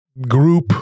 group